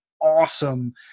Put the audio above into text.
awesome